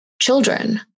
children